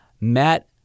Matt